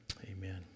Amen